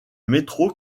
métro